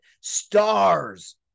stars